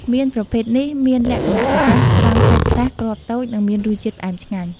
មៀនប្រភេទនេះមានលក្ខណៈពិសេសត្រង់សាច់ក្រាស់ គ្រាប់តូច និងមានរសជាតិផ្អែមឆ្ងាញ់។